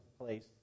place